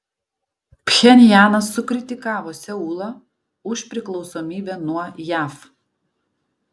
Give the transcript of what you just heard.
pchenjanas sukritikavo seulą už priklausomybę nuo jav